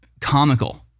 comical